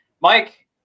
Mike